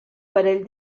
parell